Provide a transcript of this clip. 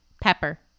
Pepper